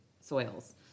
soils